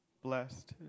Blessed